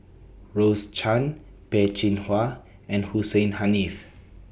Rose Chan Peh Chin Hua and Hussein Haniff